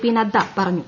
P Nadda പറഞ്ഞു